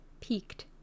peaked